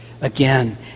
again